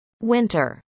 winter